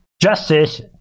justice